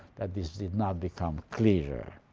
that this did not become clear.